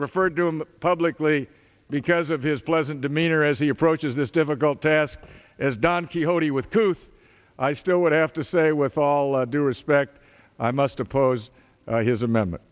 referred to him publicly because of his pleasant demeanor as he approaches this difficult task as don quixote with couth i still would have to say with all due respect i must oppose his amendment